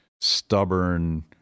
stubborn